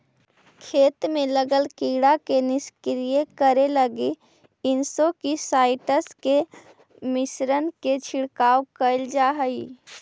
खेत में लगल कीड़ा के निष्क्रिय करे लगी इंसेक्टिसाइट्स् के मिश्रण के छिड़काव कैल जा हई